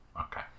Okay